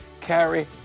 carry